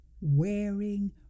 wearing